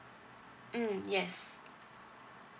mm yes